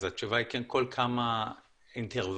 התשובה היא כן, כל כמה אינטרוולים.